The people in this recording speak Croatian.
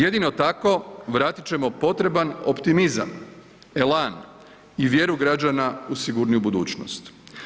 Jedino tako vratit ćemo potreban optimizam, elan i vjeru građana u sigurniju budućnost.